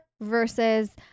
versus